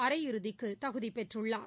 அரையிறுதிக்கு தகுதி பெற்றுள்ளார்